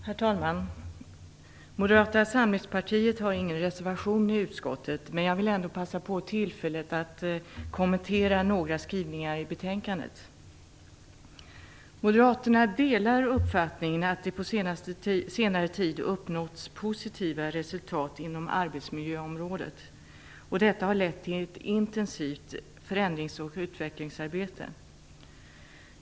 Herr talman! Moderata samlingspartiet har ingen reservation fogad till utskottets betänkande, men jag vill ändå passa på tillfället att kommentera några skrivningar i betänkandet. Moderaterna delar uppfattningen att det på senare tid har uppnåtts positiva resultat inom arbetsmiljöområdet, och det har lett till ett intensivt förändrings och utvecklingsarbete.